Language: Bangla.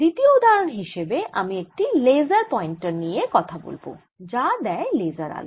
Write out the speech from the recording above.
দ্বিতীয় উদাহরণ হিসেবে আমি একটি লেসার পয়েন্টার নিয়ে কথা বলব যা দেয় লেসার আলো